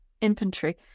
Infantry